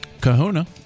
Kahuna